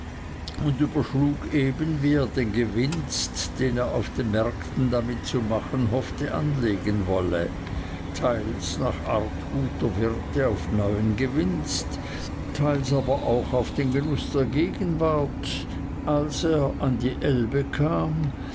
und überschlug eben wie er den gewinst den er auf den märkten damit zu machen hoffte anlegen wolle teils nach art guter wirte auf neuen gewinst teils aber auch auf den genuß der gegenwart als er an die elbe kam